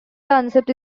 concept